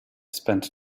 spend